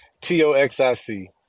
t-o-x-i-c